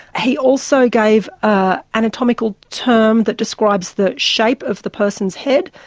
he also gave an anatomical term that describes the shape of the person's head,